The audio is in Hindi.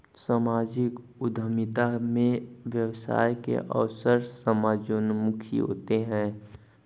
सामाजिक उद्यमिता में व्यवसाय के अवसर समाजोन्मुखी होते हैं